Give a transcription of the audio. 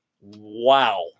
Wow